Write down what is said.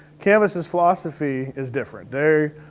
canvas's philosophy is different. they.